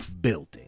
building